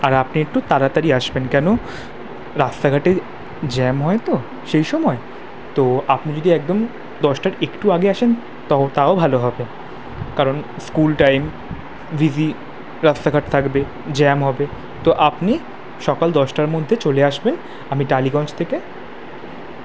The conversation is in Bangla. আর আপনি একটু তাড়াতাড়ি আসবেন কেন রাস্তাঘাটে জ্যাম হয় তো সেই সময় তো আপনি যদি একদম দশটার একটু আগে আসেন তও তাও ভালো হবে কারণ স্কুল টাইম বিজি রাস্তাঘাট থাকবে জ্যাম হবে তো আপনি সকাল দশটার মধ্যে চলে আসবেন আমি টালিগঞ্জ থেকে